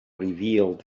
revealed